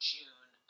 june